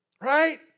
Right